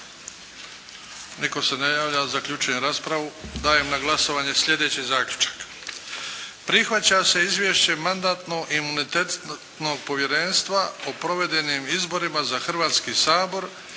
Nitko se ne javlja. Zaključujem raspravu. Dajem na glasovanje slijedeći zaključak: Prihvaća se Izvješće Mandatno-imunitetnog povjerenstva o provedenim izborima za Hrvatski sabor